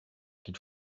qu’il